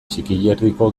txikierdiko